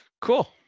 Cool